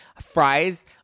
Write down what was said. Fries